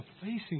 facing